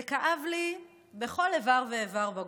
זה כאב לי בכל איבר ואיבר בגוף,